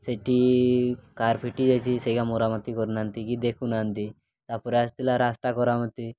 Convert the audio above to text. ସେଠି କାହାର ଫିଟି ଯାଇଛି ସେଇଟା ମରାମତି କରୁନାହାନ୍ତି କି ଦେଖୁନାହାନ୍ତି ତା'ପରେ ଆସିଥିଲା ରାସ୍ତା ମରାମତି